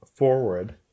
Forward